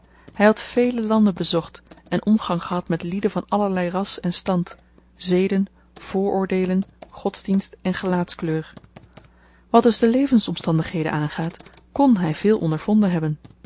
hy had vele landen bezocht en omgang gehad met lieden van allerlei ras en stand zeden vooroordelen godsdienst en gelaatskleur wat dus de levensomstandigheden aangaat kon hy veel ondervonden hebben